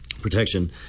protection